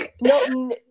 no